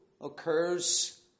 occurs